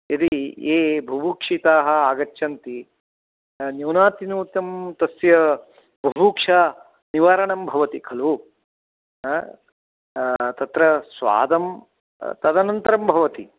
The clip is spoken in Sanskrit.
यदि ये बुभुक्षिताः आगच्छन्ति न्यूनातिनूतं तस्य बुभुक्षानिवारणं भवति खलु तत्र स्वादं तदनन्तरं भवति